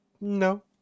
no